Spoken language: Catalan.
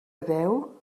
deu